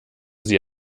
sie